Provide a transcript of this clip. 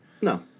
no